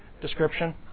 Description